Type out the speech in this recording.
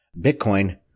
Bitcoin